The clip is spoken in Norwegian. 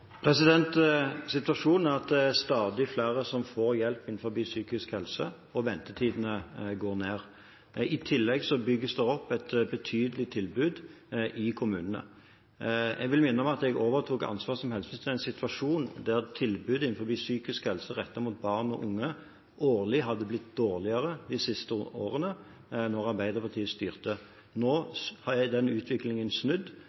Situasjonen er at det er stadig flere som får hjelp innen psykisk helse, og ventetidene går ned. I tillegg bygges det opp et betydelig tilbud i kommunene. Jeg vil minne om at jeg overtok ansvaret som helseminister i en situasjon der tilbudet innen psykisk helse rettet mot barn og unge årlig hadde blitt dårligere de siste årene mens Arbeiderpartiet styrte. Nå er utviklingen snudd,